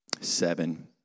seven